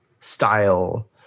style